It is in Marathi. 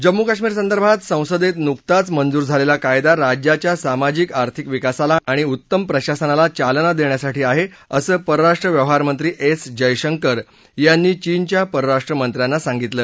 जम्मू कश्मीर संदर्भात संसदेत नुकताच मंजूर झालेला कायदा राज्याच्या सामाजिक आर्थिक विकासाला आणि उत्तम प्रशासनाला चालना देण्यासाठी आहे असं पर्राष्ट्र व्यवहारमंत्री एस जयशंकर यांनी चीनच्या परराष्ट्र मंत्र्यांना सांगितलं